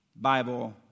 Bible